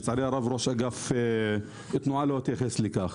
לצערי הרב, ראש אגף התנועה לא התייחס לכך.